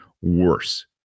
worse